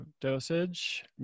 dosage